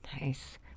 Nice